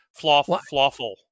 Flawful